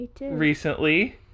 recently